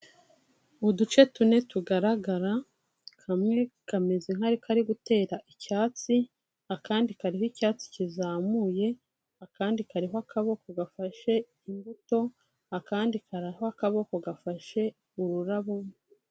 Uduce tune tugaragara, kamwe kameze nk'ari gutera icyatsi, akandi kariho icyatsi kizamuye, akandi kariho akaboko gafashe imbuto, akandi kariho akaboko gafashe ururabo...